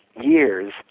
years